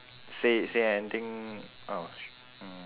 say say anything ah